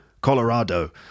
Colorado